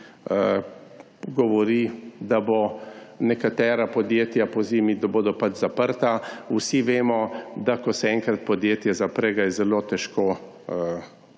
govori, da bodo nekatera podjetja pozimi zaprta. Vsi vemo, da ko se enkrat podjetje zapre, ga je zelo težko odpreti